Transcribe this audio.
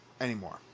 anymore